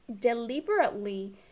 deliberately